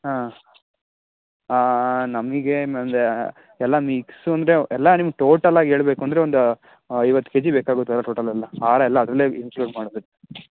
ಹಾ ನಮಗೇನೆಂದ್ರೆ ಎಲ್ಲ ಮಿಕ್ಸು ಅಂದರೆ ಎಲ್ಲ ನಿಮ್ಗೆ ಟೋಟಲ್ಲಾಗಿ ಹೇಳಬೇಕು ಅಂದರೆ ಒಂದು ಐವತ್ತು ಕೆ ಜಿ ಬೇಕಾಗುತ್ತೆ ಟೋಟಲ್ ಎಲ್ಲ ಹಾರ ಎಲ್ಲ ಅದರಲ್ಲೆ ಇನ್ಕ್ಲೂಡ್ ಮಾಡಿದ್ರೆ